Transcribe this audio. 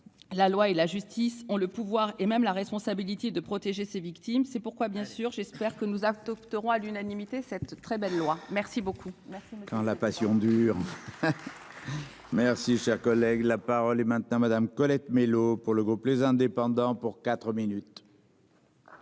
La loi et la justice ont le pouvoir et même la responsabilité de protéger ses victimes. C'est pourquoi bien sûr. J'espère que nous adopterons à l'unanimité cette très belle loi merci beaucoup.